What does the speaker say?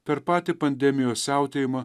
per patį pandemijos siautėjimą